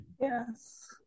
Yes